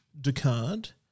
Descartes